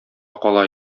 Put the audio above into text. кала